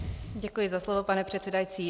Děkuji za slovo, pane předsedající.